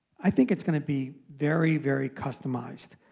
i think it's going to be very, very customized.